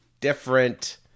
different